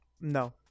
no